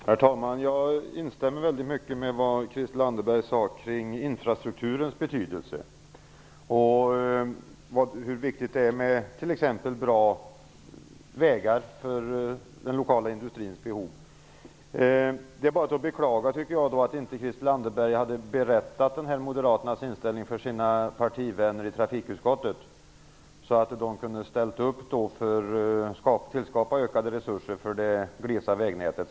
Herr talman! Jag instämmer i väldigt mycket som Christel Anderberg sade om infrastrukturens betydelse, t.ex. hur viktigt det är med bra vägar för den lokala industrins behov. Det är då bara att beklaga att Christel Anderberg inte berättat om den här moderata inställningen för sina partivänner i trafikutskottet så att dessa hade kunnat ställa upp för att skapa ökade resurser för det glesa vägnätet.